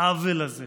העוול הזה,